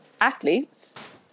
athletes